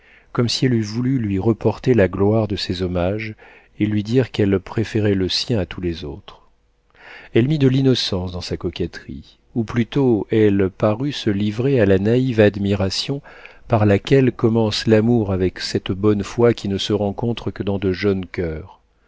comme si elle eût voulu lui reporter la gloire de ces hommages et lui dire qu'elle préférait le sien à tous les autres elle mit de l'innocence dans sa coquetterie ou plutôt elle parut se livrer à la naïve admiration par laquelle commence l'amour avec cette bonne foi qui ne se rencontre que dans de jeunes coeurs